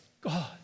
god